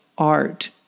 Art